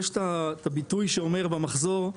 יש את הביטוי שאומר במחזור,